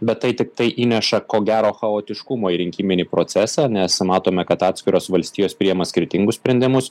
bet tai tiktai įneša ko gero chaotiškumo į rinkiminį procesą nes matome kad atskiros valstijos priima skirtingus sprendimus